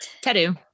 tattoo